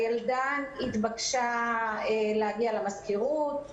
הילדה התבקשה להגיע למזכירות.